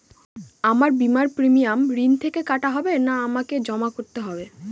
আমার বিমার প্রিমিয়াম ঋণ থেকে কাটা হবে না আমাকে জমা করতে হবে?